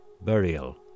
Burial